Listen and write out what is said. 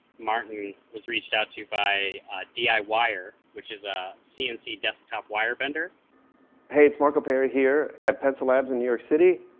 martin was reached out to by di wire, which is a cnc desktop wire bender. marco hey, it's marco perry here at pensa labs in new york city.